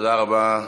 תודה רבה.